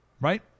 right